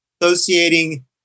associating